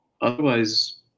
otherwise